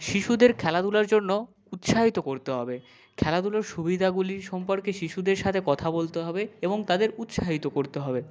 শিশুদের খেলাধুলার জন্য উৎসাহিত করতে হবে খেলাধুলোর সুবিধাগুলি সম্পর্কে শিশুদের সাথে কথা বলতে হবে এবং তাদের উৎসাহিত করতে হবে